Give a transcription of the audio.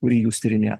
kurį jūs tyrinė